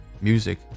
music